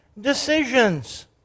decisions